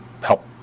help